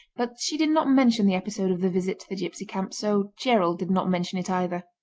but she did not mention the episode of the visit to the gipsy camp, so gerald did not mention it either.